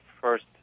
first